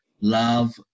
love